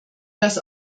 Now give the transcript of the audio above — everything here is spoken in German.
dass